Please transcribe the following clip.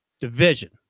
division